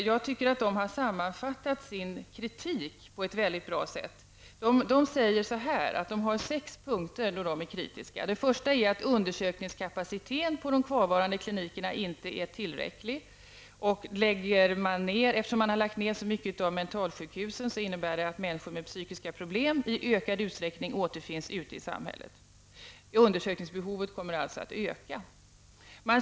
Jag tycker att de har sammanfattat sin kritik på ett mycket bra sätt. De är kritiska på sex punkter. För det första är undersökningskapaciteten på de kvarvarande klinikerna inte tillräcklig. Eftersom man har lagt ned stora delar av mentalsjukhusen återfinns människor med psykiska problem i ökad utsträckning ute i samhället. Undersökningsbehovet kommer således att öka.